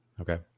Okay